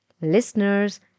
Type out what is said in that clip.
Listeners